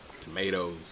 Tomatoes